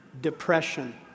depression